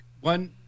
one